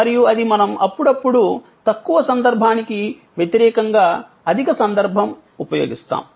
మరియు ఇది మనము అప్పుడప్పుడు తక్కువ సందర్భానికి వ్యతిరేకంగా అధిక సందర్భం ఉపయోగిస్తాము